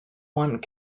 one